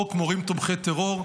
חוק מורים תומכי טרור,